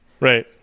Right